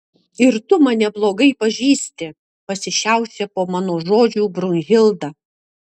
ir tu mane blogai pažįsti pasišiaušia po mano žodžių brunhilda